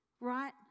Right